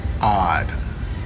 odd